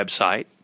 website